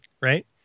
right